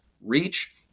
reach